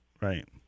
right